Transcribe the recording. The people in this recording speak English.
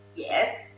yes,